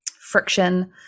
friction